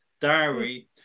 diary